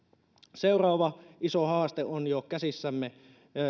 seuraava iso haaste on jo käsissämme